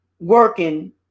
working